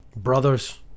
Brothers